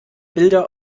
bilder